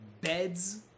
beds